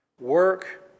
Work